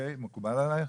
מקובל עליך?